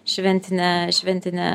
šventinę šventinę